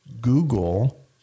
Google